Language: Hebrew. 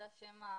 זה השם.